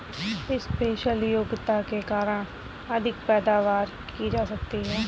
special योग्यता के कारण अधिक पैदावार ली जा सकती है